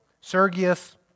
Sergius